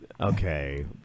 Okay